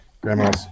Grandma's